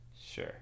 Sure